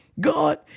God